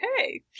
Okay